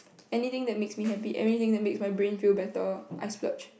anything that makes me happy everything that makes my brain feel better I splurge